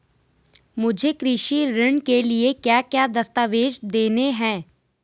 मुझे कृषि ऋण के लिए क्या क्या दस्तावेज़ देने हैं?